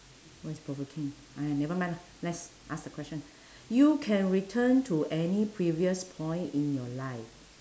what is provoking !aiya! nevermind lah let's ask the question you can return to any previous point in your life